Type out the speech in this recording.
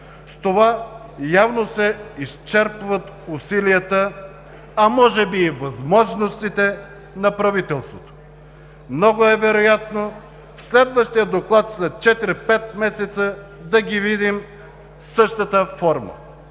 С това явно се изчерпват усилията, а може би и възможностите на правителството. Много е вероятно в следващия доклад след 4 – 5 месеца да ги видим в същата форма.